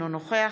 אינו נוכח